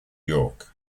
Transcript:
york